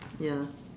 ya